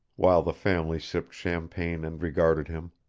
while the family sipped champagne and regarded him.